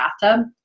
bathtub